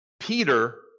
Peter